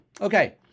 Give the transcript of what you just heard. Okay